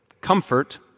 comfort